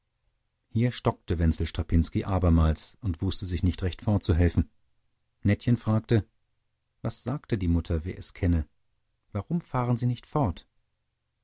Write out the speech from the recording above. hier stockte wenzel strapinski abermals und wußte sich nicht recht fortzuhelfen nettchen fragte was sagte die mutter wer es kenne warum fahren sie nicht fort